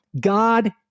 God